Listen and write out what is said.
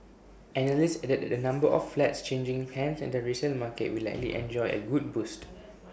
analysts added that the number of flats changing hands in the resale market will likely enjoy A good boost